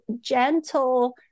gentle